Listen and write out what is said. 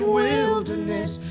wilderness